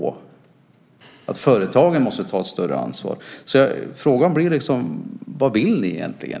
Företagen måste ta ett större ansvar. Frågan blir därför: Vad vill ni egentligen?